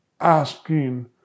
asking